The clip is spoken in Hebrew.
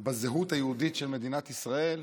לכאורה בזהות היהודית של מדינת ישראל,